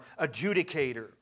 adjudicator